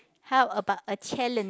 how about a challenge